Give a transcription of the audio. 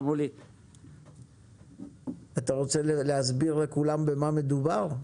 אמרו לי --- אתה רוצה להסביר לכולם במה מדובר?